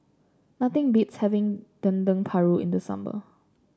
nothing beats having Dendeng Paru in the summer